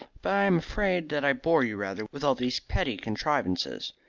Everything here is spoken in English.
but i am afraid that i bore you rather with all these petty contrivances.